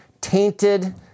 tainted